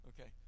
Okay